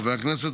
חברי הכנסת,